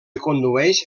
condueix